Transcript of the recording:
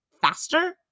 faster